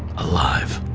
alive.